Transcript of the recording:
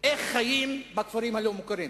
איך חיים בכפרים הלא-מוכרים.